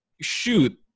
shoot